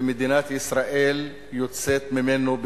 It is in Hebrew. ומדינת ישראל יוצאת ממנו,